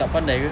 tak pandai ke